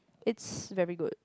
it's very good